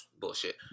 bullshit